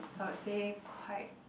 I would quite